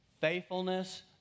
faithfulness